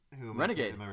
Renegade